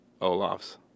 Olaf's